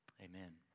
Amen